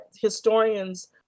historians